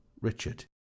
Richard